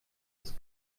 des